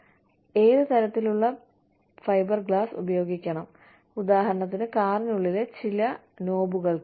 കൂടാതെ ഏത് തരത്തിലുള്ള ഫൈബർ ഗ്ലാസ് ഉപയോഗിക്കണം ഉദാഹരണത്തിന് കാറിനുള്ളിലെ ചില നോബുകൾക്ക്